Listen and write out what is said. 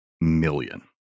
million